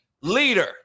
leader